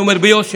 אני אומר ביושר,